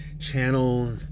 channel